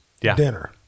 dinner